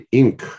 ink